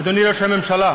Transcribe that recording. אדוני ראש הממשלה,